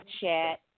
chat